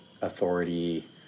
authority